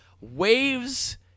waves